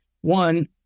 one